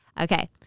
Okay